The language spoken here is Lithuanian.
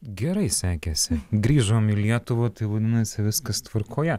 gerai sekėsi grįžom į lietuvą tai vadinasi viskas tvarkoje